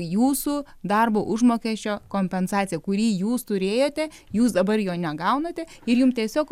jūsų darbo užmokesčio kompensacija kurį jūs turėjote jūs dabar jo negaunate ir jum tiesiog